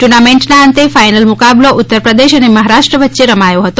ટુર્નામેન્ટના અંતે ફાઇનલ મુકાબલો ઉત્તર પ્રદેશ અને મહારાષ્ટ્ર વચ્ચે રમાયો હતો